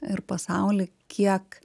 ir pasaulį kiek